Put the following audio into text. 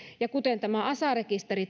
ja kuten tämä asa rekisteri